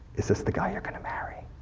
is this the guy you're going to marry?